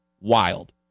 wild